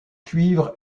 cuivre